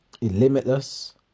Limitless